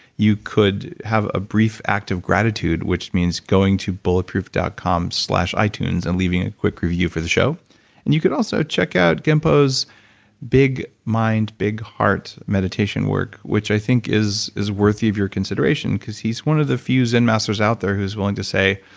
you could have a brief act of gratitude, which means going to bulletproof dot com slash itunes and leaving a quick review for the show, and you can also check out genpo's big mind big heart meditation work which i think is is worthy of your consideration because he's one of the few zen masters out there who's willing to say,